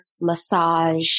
massage